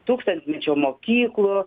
tūkstantmečio mokyklų